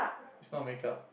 is not makeup